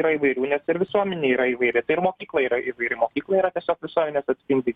yra įvairių nes ir visuomenė yra įvairi tai ir mokykla yra įvairi mokykla yra tiesiog visuomenės atspindys